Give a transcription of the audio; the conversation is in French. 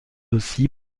aussi